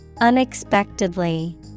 Unexpectedly